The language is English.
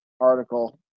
article